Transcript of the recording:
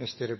Det er